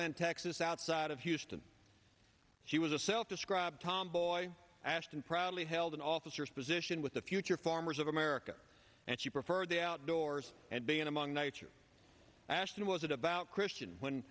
land texas outside of houston she was a self described tomboy ashton probably held an officer's position with the future farmers of america and she preferred the outdoors and being among night ashton wasn't about christian when